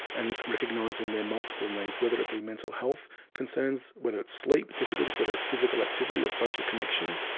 and recognising their multiple needs, whether it be mental health concerns, whether it's sleep but difficulties, whether it's physical activity or social connection,